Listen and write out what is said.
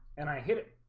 and i hit it